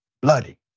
bloody